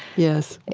yes.